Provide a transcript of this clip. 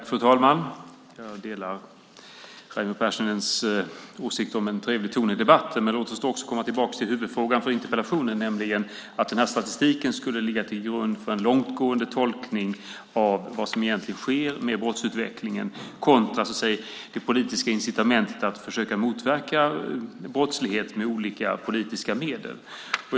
Fru talman! Jag delar Raimo Pärssinens åsikt om en trevlig ton i debatten, men låt oss då komma tillbaka till huvudfrågan för interpellationen, nämligen att statistiken skulle ligga till grund för en långtgående tolkning av vad som egentligen sker med brottsutvecklingen kontra det politiska incitamentet att med olika politiska medel försöka motverka brottslighet.